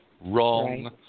Wrong